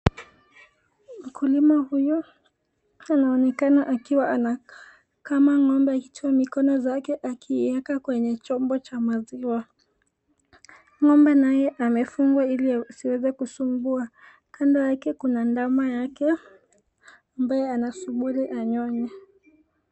Mkulima uyu anaonekana akiwa anakama hicho, mikono zake akiweka kwenye chombo cha maziwa, ngombe naye amefungwa ili asiweze kusumbua, kando yake kuna ndame yake ambaye anasubiri anyonye.